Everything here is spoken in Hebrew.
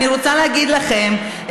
אני רוצה להגיד לכם,